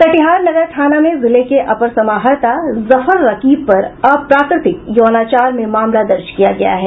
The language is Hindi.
कटिहार नगर थाना में जिले के अपर समाहर्ता जफर रकीब पर अप्राकृतिक यौनाचार में मामला दर्ज किया गया है